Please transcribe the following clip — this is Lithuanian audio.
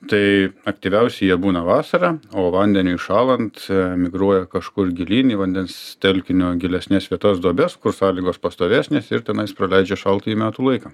tai aktyviausi jie būna vasarą o vandeniui šąlant migruoja kažkur gilyn į vandens telkinio gilesnes vietas duobes kur sąlygos pastovesnės ir tenais praleidžia šaltąjį metų laiką